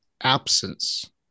absence